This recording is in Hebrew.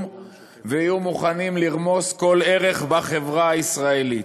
ויהיו מוכנים לרמוס כל ערך בחברה הישראלית.